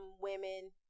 women